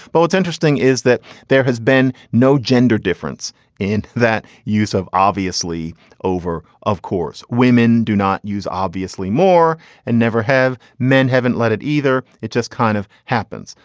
but what's interesting is that there has been no gender difference in that use of obviously over of course, women do not use obviously more and never have men haven't let it either. it just kind of happens.